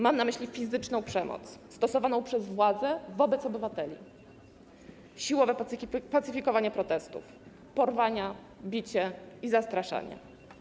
Mam na myśli fizyczną przemoc stosowaną przez władzę wobec obywateli, siłowe pacyfikowanie protestów, porwania, bicie i zastraszanie.